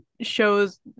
shows